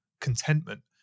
contentment